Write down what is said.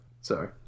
Sorry